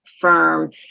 firm